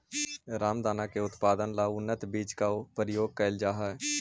रामदाना के उत्पादन ला उन्नत बीज का प्रयोग करल जा हई